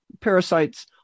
parasites